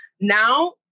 now